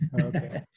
Okay